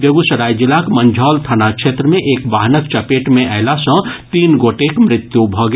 बेगूसराय जिलाक मंझौल थाना क्षेत्र मे एक वाहनक चपेट मे अयला सॅ तीन गोटेक मृत्यु भऽ गेल